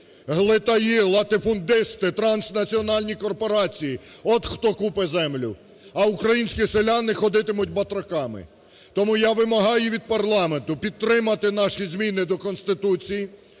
Глитаї, латифундисти, транснаціональні корпорації – от хто купить землю, а українські селяни ходитимуть батраками. Тому я вимагаю від парламенту підтримати наші зміни до Конституції